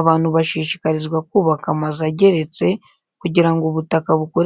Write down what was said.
abantu bashishikarizwa kubaka amazu ageretse kugira ngo ubutaka bukoreshwe neza inyubako nini ibe yajya ku butaka buto.